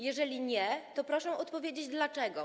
Jeżeli nie, to proszę odpowiedzieć dlaczego.